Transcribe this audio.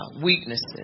weaknesses